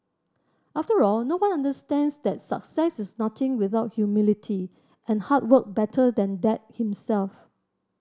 after all no one understands that success is nothing without humility and hard work better than Dad himself